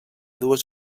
dues